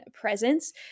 presence